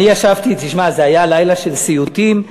אני ישבתי, תשמע, זה היה לילה של סיוטים.